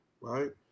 right